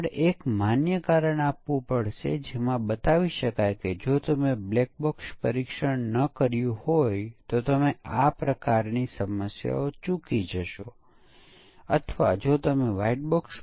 હવે તમને શું લાગે છે યુનિટ પરીક્ષણ એ વેલિડેશન પ્રવૃત્તિ હશે અથવા ચકાસણી પ્રવૃત્તિ હશે